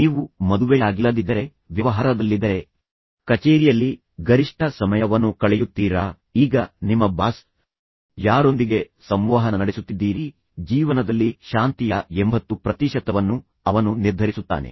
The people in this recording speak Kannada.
ನೀವು ಮದುವೆಯಾಗಿಲ್ಲದಿದ್ದರೆ ಮತ್ತು ನೀವು ವ್ಯವಹಾರದಲ್ಲಿದ್ದರೆ ಮತ್ತು ನಂತರ ನೀವು ಕಚೇರಿಯಲ್ಲಿ ಗರಿಷ್ಠ ಸಮಯವನ್ನು ಕಳೆಯುವ ಕೆಲಸಗಾರರಾಗಿದ್ದೀರಾ ಈಗ ನಿಮ್ಮ ಬಾಸ್ ನೀವು ಯಾರೊಂದಿಗೆ ಸಂವಹನ ನಡೆಸುತ್ತಿದ್ದೀರಿ ಎಂದು ನಿಮ್ಮ ಜೀವನದಲ್ಲಿ ಸಂತೋಷ ಅಥವಾ ಶಾಂತಿಯ ಎಂಭತ್ತು ಪ್ರತಿಶತವನ್ನು ಅವನು ನಿರ್ಧರಿಸುತ್ತಾನೆ